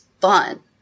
fun